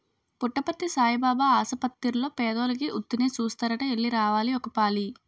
పుట్టపర్తి సాయిబాబు ఆసపత్తిర్లో పేదోలికి ఉత్తినే సూస్తారట ఎల్లి రావాలి ఒకపాలి